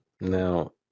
Now